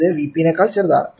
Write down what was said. ഇത് Vp നേക്കാൾ ചെറുതാണ്